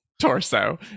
Torso